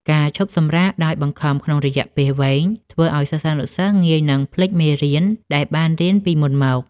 ការឈប់សម្រាកដោយបង្ខំក្នុងរយៈពេលវែង ធ្វើឱ្យសិស្សានុសិស្សងាយនឹងភ្លេចមេរៀនដែលបានរៀនពីមុនមក។